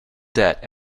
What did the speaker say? debt